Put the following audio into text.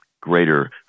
greater